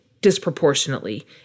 disproportionately